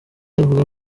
avuga